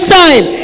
time